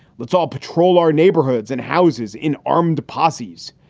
let's all patrol our neighborhoods and houses in armed posses.